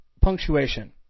punctuation